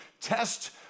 test